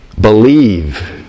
Believe